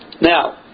now